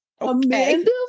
Amanda